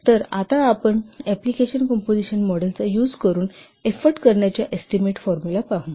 तर आता आपण एप्लिकेशन काम्पोजिशन मॉडेल चा यूज करून एफोर्ट करण्याच्या एस्टीमेट फॉर्मुला पाहू